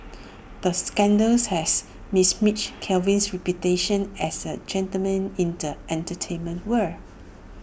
the scandals has besmirched Kevin's reputation as A gentleman in the entertainment world